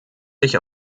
sich